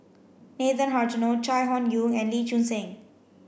Nathan Hartono Chai Hon Yoong and Lee Choon Seng